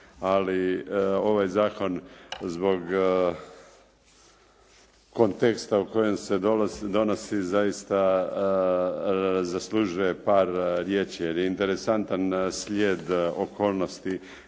ali ovaj zakon zbog konteksta u kojem se donosi zaista zaslužuje par riječi jer je interesantan slijed okolnosti